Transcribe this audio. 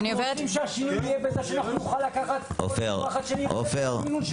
אנחנו רוצים שהשינוי בסוף יהיה שנוכל לקחת כל מינון שנרצה.